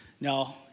No